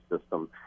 system